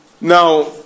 Now